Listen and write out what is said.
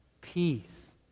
peace